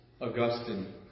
Augustine